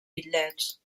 bitllets